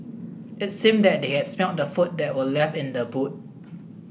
it seemed that they had smelt the food that were left in the boot